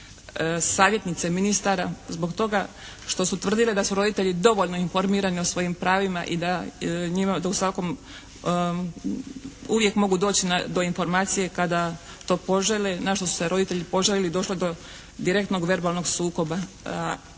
savjetnice ministara zbog toga što su tvrdile da su roditelji dovoljno informirani o svojim pravima i da njima da u svakom uvijek mogu doći do informacije kada to požele, na što su se roditelji požalili. Došlo je do direktnog verbalnog sukoba.